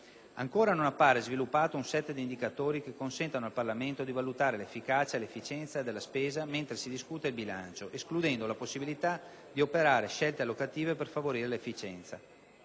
Ancora non appare sviluppato un *set* di indicatori che consentano al Parlamento di valutare l'efficacia e l'efficienza della spesa mentre si discute il bilancio, escludendo la possibilità di operare scelte allocative per favorire l'efficienza.